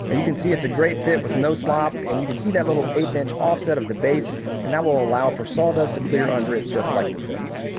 and you can see it's a great fit with no slop and you can see that little eighth inch offset of the base and that will allow for sawdust to clear under it just like the fence